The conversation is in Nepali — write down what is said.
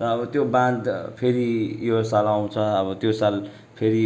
र अब त्यो बाँध फेरि यो साल आउँछ अब त्यो साल फेरि